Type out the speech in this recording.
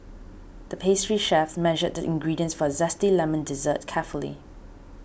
the pastry chef measured the ingredients for a Zesty Lemon Dessert carefully